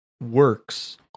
works